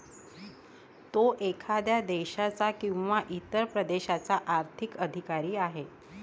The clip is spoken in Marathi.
तो एखाद्या देशाचा किंवा इतर प्रदेशाचा आर्थिक अधिकार आहे